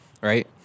right